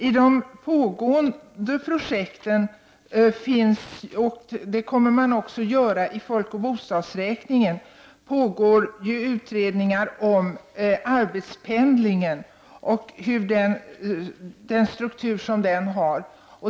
I de pågående projekten, och även i folkoch bostadsräkningen, sker utredningar om arbetspendlingen och den struktur som där finns.